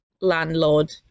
landlord